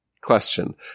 question